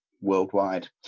worldwide